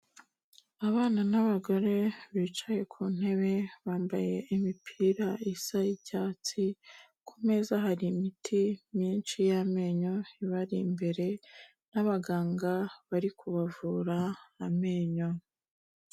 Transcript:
Abana n'abagore bicaye ku ntebe, bambaye imipira isa y'icyatsi, ku meza hari imiti myinshi y'amenyo ibari imbere n'abaganga bari kubavura amenyo.